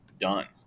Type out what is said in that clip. done